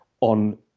on